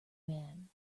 man